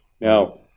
Now